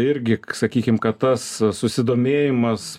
irgi sakykime kad tas susidomėjimas